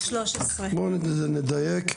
נדייק.